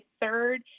third